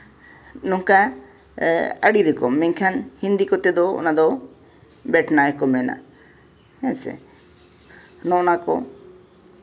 ᱱᱚᱝᱠᱟ ᱟᱹᱰᱤ ᱨᱚᱠᱚᱢ ᱢᱮᱱᱠᱷᱟᱱ ᱦᱤᱱᱫᱤ ᱠᱚᱛᱮ ᱫᱚ ᱚᱱᱟᱫᱚ ᱵᱮᱴᱷᱱᱟ ᱜᱮᱠᱚ ᱢᱮᱱᱟ ᱦᱮᱸ ᱥᱮ ᱱᱚᱜ ᱱᱟ ᱠᱚ